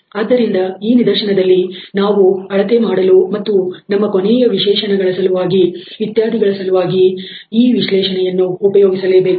ಆದ್ದರಿಂದ ಈ ನಿದರ್ಶನದಲ್ಲಿ ನಾವು ಅಳತೆ ಮಾಡಲು ಮತ್ತು ನಮ್ಮ ಕೊನೆಯ ವಿಶೇಷಣಗಳ ಸಲುವಾಗಿ ಇತ್ಯಾದಿಗಳ ಸಲುವಾಗಿ ಆ ವಿಶ್ಲೇಷಣೆಯನ್ನು ಉಪಯೋಗಿಸಲೇಬೇಕು